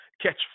catch